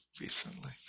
recently